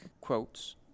quotes